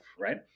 Right